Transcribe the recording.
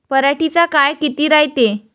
पराटीचा काळ किती रायते?